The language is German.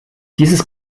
dieses